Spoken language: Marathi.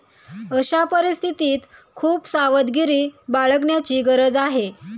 अशा परिस्थितीत खूप सावधगिरी बाळगण्याची गरज आहे